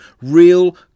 real